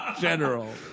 general